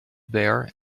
there